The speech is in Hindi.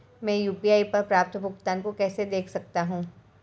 मैं यू.पी.आई पर प्राप्त भुगतान को कैसे देख सकता हूं?